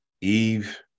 Eve